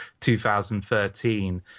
2013